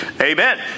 Amen